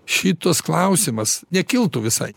šitas klausimas nekiltų visai